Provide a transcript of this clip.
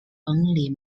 only